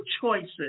choices